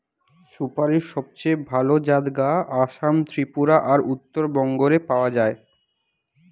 সুপারীর সবচেয়ে ভালা জাত গা আসাম, ত্রিপুরা আর উত্তরবঙ্গ রে পাওয়া যায়